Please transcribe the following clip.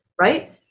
right